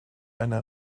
eine